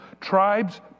tribes